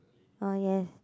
oh yes